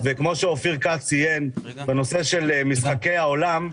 וכפי שאופיר כץ ציין בנושא של משחקי העולם,